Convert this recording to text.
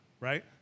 right